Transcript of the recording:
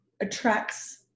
attracts